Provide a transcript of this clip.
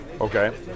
Okay